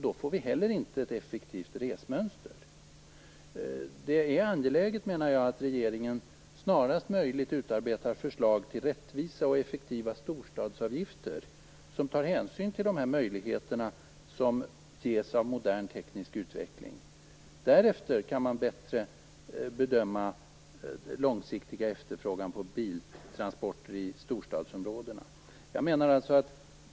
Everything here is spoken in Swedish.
Då får vi heller inte ett effektivt resmönster. Det är angeläget att regeringen snarast möjligt utarbetar förslag till rättvisa och effektiva storstadsavgifter, där hänsyn tas till de möjligheter som modern teknisk utveckling ger. Därefter kan man bättre bedöma långsiktig efterfrågan på biltransporter i storstadsområdena.